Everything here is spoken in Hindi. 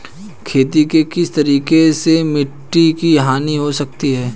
खेती के किस तरीके से मिट्टी की हानि हो सकती है?